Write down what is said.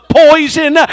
poison